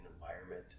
environment